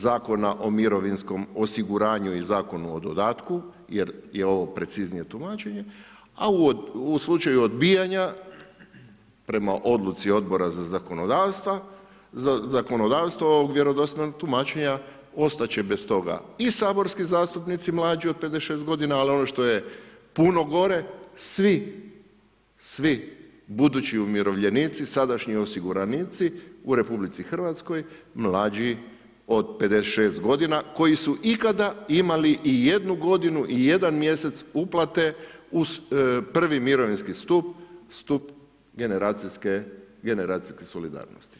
Zakona o mirovinskom osiguranju i Zakona o dodatku jer je ovo preciznije tumačenje, a u slučaju odbijanja, prema Odluci odbora za zakonodavstvo ovog vjerodostojnog tumačenja ostati će bez toga i saborski zastupnici mlađi od 56 godina, ali ono što je puno gore, svi budući umirovljenici sadašnji osiguranici u RH mlađi od 56 godina koji su ikada imali i jednu godinu i jedan mjesec uplate uz prvi mirovinski stup, stup generacijske solidarnosti.